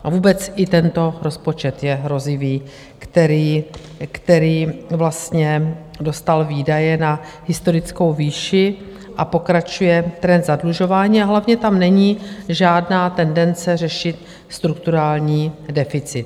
A vůbec i tento rozpočet je hrozivý, který vlastně dostal výdaje na historickou výši, pokračuje trend zadlužování, a hlavně tam není žádná tendence řešit strukturální deficit.